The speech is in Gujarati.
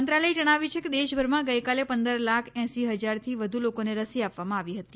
મંત્રાલયે જણાવ્યું છે કે દેશભરમાં ગઇકાલે પંદર લાખ એશી હજારથી વધુ લોકોને રસી આપવામાં આવી હતી